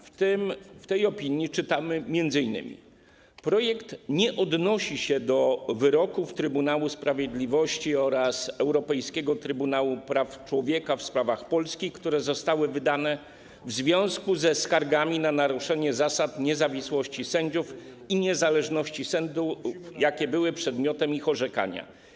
W tej opinii czytamy m.in.: projekt nie odnosi się do wyroków Trybunału Sprawiedliwości oraz Europejskiego Trybunału Praw Człowieka w sprawach Polski, które zostały wydane w związku ze skargami na naruszenie zasad niezawisłości sędziów i niezależności sądów, jakie były przedmiotem ich orzekania.